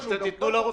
אני גם לא חושב,